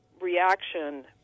reaction